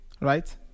right